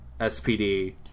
SPD